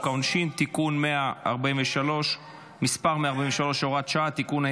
העונשין (תיקון מס' 143 והוראת שעה) (תיקון),